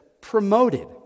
Promoted